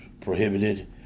prohibited